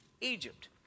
Egypt